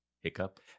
Hiccup